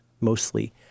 mostly